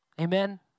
Amen